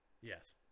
Yes